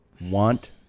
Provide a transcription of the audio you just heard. want